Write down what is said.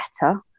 better